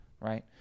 right